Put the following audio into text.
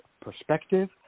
perspective